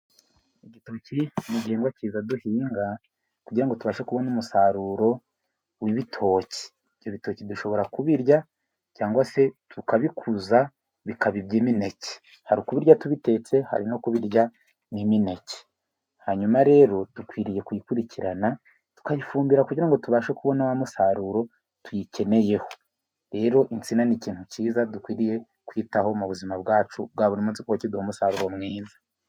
Ibitoki ni igihingwa cyiza duhinga kugira ngo tubashe kubona umusaruro w'ibitoki. Ibyo bitoki dushobora kubirya cyangwa se tukabikuza bikaba iby'imineke, hari ukurya tubitetse hari no kubirya n'iminekeH hanyuma rero dukwiriye kubikurikirana tukabifumbira kugirango tubashe kubona wa musaruro tubikeneyeho rero insina ni ikintu cyiza dukwiriye kwitaho mu buzima bwacu bwa buri munsi kuko kiduha umusaruro mwiza.